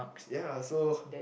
ya so